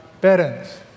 parents